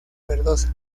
verdosa